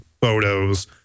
photos